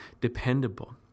dependable